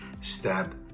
step